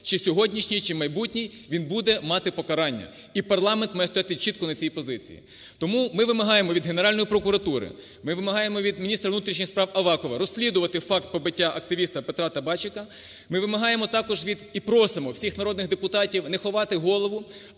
чи сьогоднішній, чи майбутній – він буде мати покарання. І парламент має стояти чітко на цій позиції. Тому ми вимагаємо від Генеральної прокуратури, ми вимагаємо від міністра внутрішніх справаАвакова розслідувати факт побиття активіста Петра Табачека, ми вимагаємо також від, і просимо всіх народних депутатів не ховати голову,